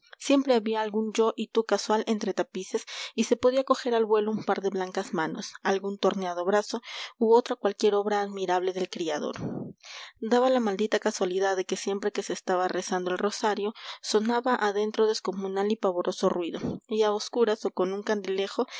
siempre había algún yo y tú casual entre tapices y se podía coger al vuelo un par de blancas manos algún torneado brazo u otra cualquier obra admirable del criador daba la maldita casualidad de que siempre que se estaba rezando el rosario sonaba adentro descomunal y pavoroso ruido y a oscuras o con un candilejo